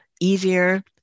easier